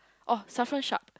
oh Shafran Shak